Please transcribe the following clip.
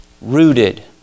rooted